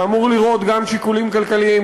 שאמור לראות גם שיקולים כלכליים,